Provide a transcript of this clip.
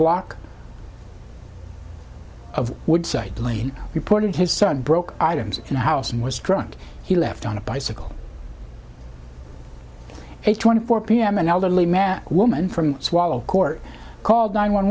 block of woodside lane reported his son broke items in the house and was drunk he left on a bicycle a twenty four p m an elderly man woman from swallow court called nine one